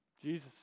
Jesus